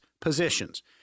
positions